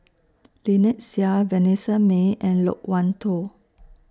Lynnette Seah Vanessa Mae and Loke Wan Tho